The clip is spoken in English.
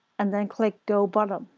and then click go button.